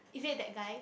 isn't it that guy